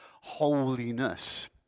holiness